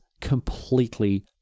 completely